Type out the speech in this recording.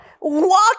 walk